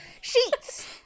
sheets